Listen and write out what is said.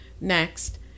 Next